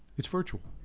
it's virtual.